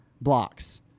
blocks